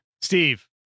Steve